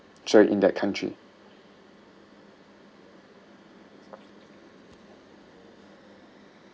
sorry in that country